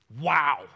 Wow